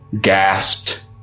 gasped